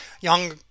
Young